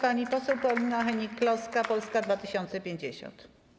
Pani poseł Paulina Hennig-Kloska, Polska 2050.